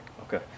Okay